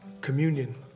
communion